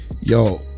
yo